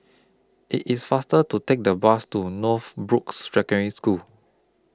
IT IS faster to Take The Bus to Northbrooks Secondary School